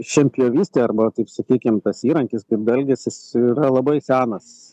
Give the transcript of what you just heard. šienpjovystė arba taip sakykim tas įrankis kaip dalgis jis yra labai senas